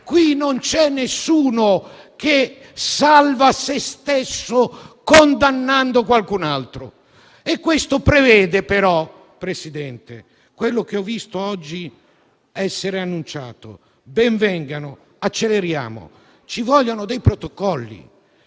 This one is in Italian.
Qui non c'è nessuno che salva se stesso condannando qualcun altro, ed è questo che prevede, Presidente, quello che oggi è stato annunciato. Ben venga, acceleriamo. Ci vogliono dei protocolli,